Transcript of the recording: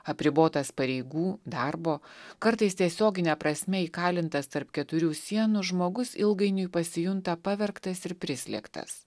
apribotas pareigų darbo kartais tiesiogine prasme įkalintas tarp keturių sienų žmogus ilgainiui pasijunta pavergtas ir prislėgtas